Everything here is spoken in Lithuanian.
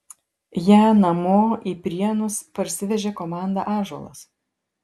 ją namo į prienus parsivežė komanda ąžuolas